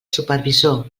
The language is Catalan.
supervisor